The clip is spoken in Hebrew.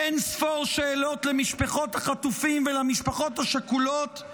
אין-ספור שאלות למשפחות החטופים ולמשפחות השכולות,